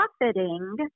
profiting